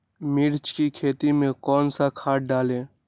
मिर्च की खेती में कौन सा खाद डालें?